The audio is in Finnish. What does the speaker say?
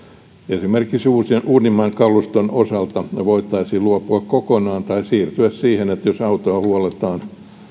esimerkiksi uusimman uusimman kaluston osalta voitaisiin tästä luopua kokonaan tai siirtyä siihen että jos autoa huolletaan